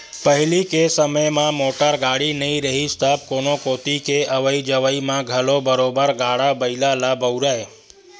पहिली के समे म मोटर गाड़ी नइ रिहिस तब कोनो कोती के अवई जवई म घलो बरोबर गाड़ा बइला ल बउरय